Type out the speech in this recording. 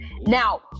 Now